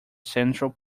central